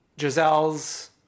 Giselle's